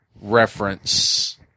reference